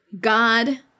God